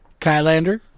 Kylander